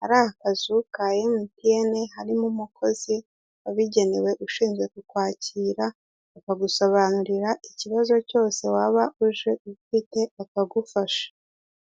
hari akazu ka emutiyene, harimo umukozi wabigenewe, ushinzwe kukwakira, akagusobanurira ikibazo cyose waba uje ufite, akagufasha.